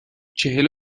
چهل